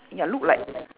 ya look like